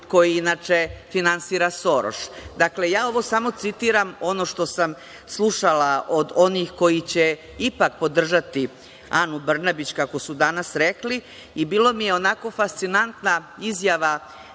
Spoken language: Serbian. koji inače finansira Soroš. Dakle, ja ovo samo citiram ono što sam slušala od onih koji će ipak podržati Anu Brnabić kako su danas rekli i bilo mi je onako fascinantna izjava